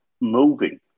moving